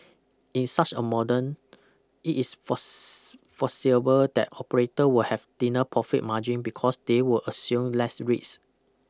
in such a modern it is force foreseeable that operator will have thinner profit margin because they will assume less risk